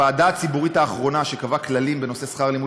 הוועדה הציבורית האחרונה שקבעה כללים בנושא שכר לימוד